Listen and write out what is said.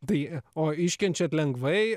tai o iškenčiat lengvai